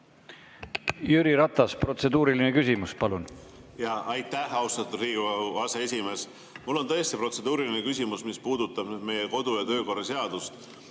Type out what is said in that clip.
Jüri Ratas, protseduuriline küsimus, palun! Aitäh, austatud Riigikogu aseesimees! Mul on tõesti protseduuriline küsimus, mis puudutab meie kodu- ja töökorra seadust.